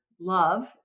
love